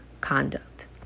conduct